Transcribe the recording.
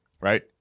right